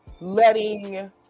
letting